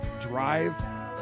drive